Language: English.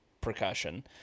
percussion